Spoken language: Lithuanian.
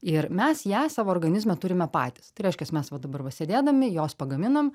ir mes ją savo organizme turime patys tai reiškias mes va dabar va sėdėdami jos pagaminam